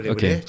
Okay